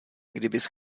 kdybys